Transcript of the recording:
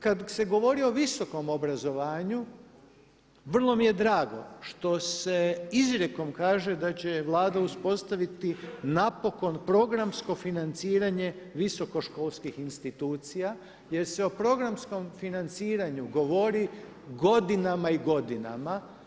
Kada se govori o visokom obrazovanju, vrlo mi je drago što se izrijekom kaže da će Vlada uspostaviti napokon programsko financiranje visokoškolskih institucija jer se o programskom financiranju govori godinama i godinama.